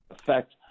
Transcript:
effect